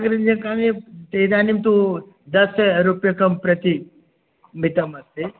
गृञ्जकानि ते इदानीमतु दसरूप्यकं प्रतिमितमस्ति